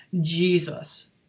Jesus